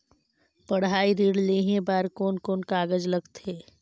पढ़ाई ऋण लेहे बार कोन कोन कागज लगथे?